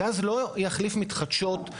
גז לא יחליף מתחדשות,